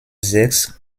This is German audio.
sechs